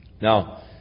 Now